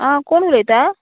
आं कोण उलयता